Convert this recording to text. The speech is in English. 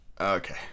Okay